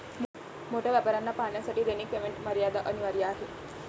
मोठ्या व्यापाऱ्यांना पाहण्यासाठी दैनिक पेमेंट मर्यादा अनिवार्य आहे